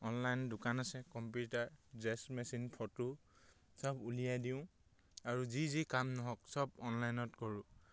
online দোকান আছে computer xerox machine photo চব উলিয়াই দিওঁ আৰু যি যি কাম নহওক চব অনলাইনত কৰোঁ